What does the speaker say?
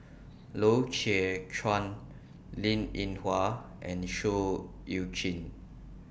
Loy Chye Chuan Linn in Hua and Seah EU Chin